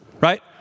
Right